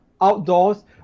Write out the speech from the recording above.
outdoors